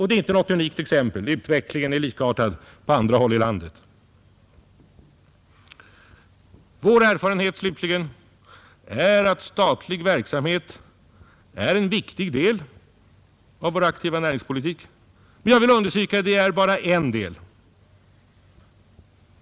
Det är inte något unikt exempel; utvecklingen är likartad på andra håll i landet. Vår erfarenhet är att statlig verksamhet är en viktig del av vår aktiva näringspolitik. Men jag vill understryka att det bara är en del.